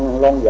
la